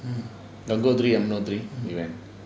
gangotri yamunotri we went